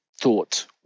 thought